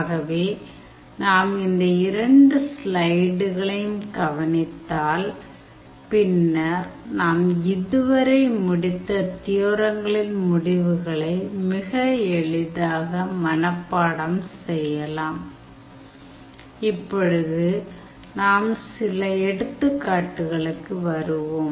ஆகவே நாம் இந்த இரண்டு சிலைடுகளையும் கவனித்தால் பின்னர் நாம் இதுவரை முடித்த தியோரங்களின் முடிவுகளை மிக எளிதாக மனப்பாடம் செய்யலாம் இப்பொழுது நாம் சில எடுத்துக்காட்டுகளுக்கு வருவோம்